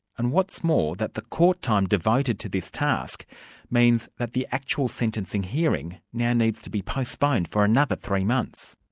and what's more, that the court time devoted to this task means that the actual sentencing hearing now needs to be postponed for another three months.